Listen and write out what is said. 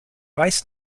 weiß